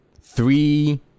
three